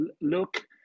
look